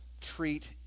treat